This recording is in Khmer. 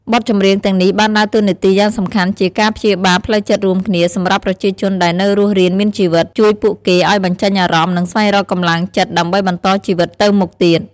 បទចម្រៀងទាំងនេះបានដើរតួនាទីយ៉ាងសំខាន់ជា ការព្យាបាលផ្លូវចិត្តរួមគ្នា សម្រាប់ប្រជាជនដែលនៅរស់រានមានជីវិត ជួយពួកគេឲ្យបញ្ចេញអារម្មណ៍ និងស្វែងរកកម្លាំងចិត្តដើម្បីបន្តជីវិតទៅមុខទៀត។